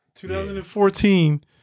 2014